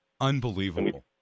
Unbelievable